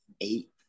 eight